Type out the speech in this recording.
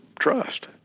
trust